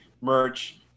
merch